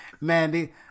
Mandy